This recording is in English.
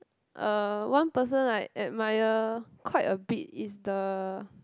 uh one person I admire quite a bit is the